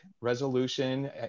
resolution